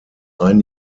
ein